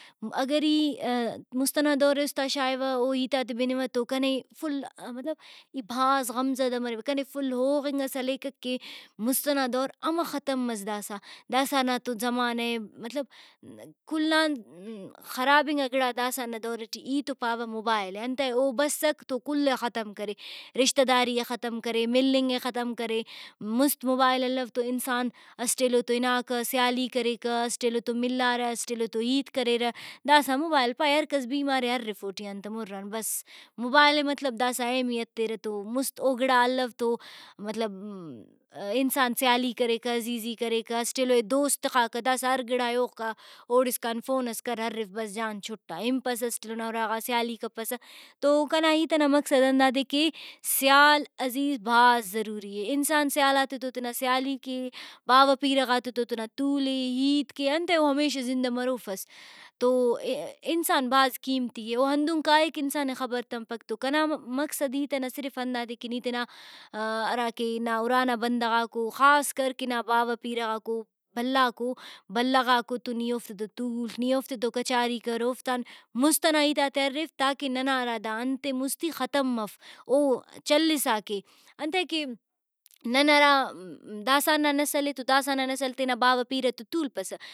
اگر ای مُست ئنا دور ئے اُستا شاغوہ او ہیتاتے بنوہ تو کنے فل مطلب ای بھاز غمزدہ مریوہ کنے فل ہوغنگ ئس ہلیکک کہ مُست ئنا دور ہمہ ختم مس داسہ داسہ نا تو زمانہ اے مطلب کل آن خراب انگا گڑا داسان نا دور ٹی ای تو پاوہ موبائل اے ۔اتئے او بسک تو کل ئے ختم کرے رشتہ داری ئے ختم کرے مِلنگ ئے ختم کرے مُست موبائل الو تو انسان اسٹ ایلو تو ہناکہ سیالی کریکہ اسٹ ایلو تو ملارہ اسٹ ایلو تو ہیت کریرہ داسہ موبائل پائے ہرکس بیمارے ہرفوٹ ایہان تہ مُر آن بس۔ موبائل ئے مطلب داسہ اہمیت تیرہ تو مُست اوگڑا الو تو مطلب انسان سیالی کریکہ عزیزی کریکہ اسٹ ایلو ئے دوست تخاکہ داسہ ہر گڑائے اوکا اوڑسکان فون ئس کر ہرف بس جان چُھٹا ہنپسہ اسٹ ایلو نا اُراغا سیالی کپسہ تو کنا ہیت ئنا مقصد ہندادے کہ سیال عزیز بھاز ضروری اے ۔انسان سیالاتتو تینا سیالی کے باوہ پیرہ غاتتو تینا تولے ہیت کے انتئے او ہمیشہ زندہ مروفس تو انسان بھاز قیمتی اے او ہندن کائک انسان ئے خبر تمپک تو کنا مقصد ہیت ئنا صرف ہندادے کہ نی تینا ہراکہ نا اُرانا بندغاکو خاصکر کہ نا باوہ پیرہ غاکو بھلا کو بلہ غاکو تو نی اوفتے تو تول نی اوفتے تو کچاری کر اوفتان مُست ئنا ہیتاتے ہرف تاکہ ننا ہرا دا انتے مُستی ختم مف۔ او چلسا کے انتئے کہ نن ہرا داسہ نا نسل اے تو داسہ نا نسل تینا باوہ پیرہ تو تولپسہ